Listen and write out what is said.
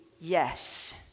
yes